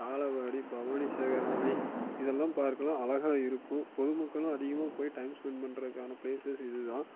பாலவாடி பவானி சாகர் அணை இதெல்லாம் பார்க்கலாம் அழகாகருக்கும் பொதுமக்களும் அதிகமாக போய் டைம் ஸ்பெண்ட் பண்ணுறதுக்கான ப்ளேஸஸ் இது தான்